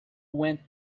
went